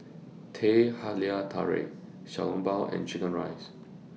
Teh Halia Tarik Xiao Long Bao and Chicken Rice